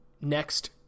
next